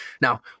Now